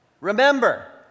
Remember